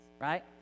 right